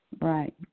Right